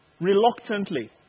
reluctantly